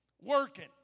working